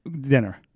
dinner